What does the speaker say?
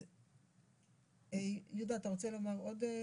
אז יהודה, אתה רוצה להגיד עוד?